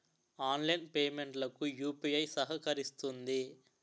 online payment లకు UPI సహకరిస్తుంది